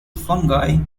fungi